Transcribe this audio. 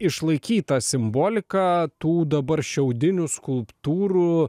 išlaikyta simbolika tų dabar šiaudinių skulptūrų